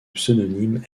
pseudonyme